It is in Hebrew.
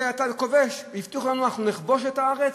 אתה כובש: הבטיחו לנו שאנחנו נכבוש את הארץ,